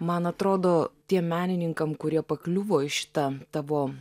man atrodo tiem menininkam kurie pakliuvo į šitą tavo